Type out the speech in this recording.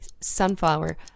Sunflower